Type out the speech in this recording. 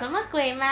什么鬼嘛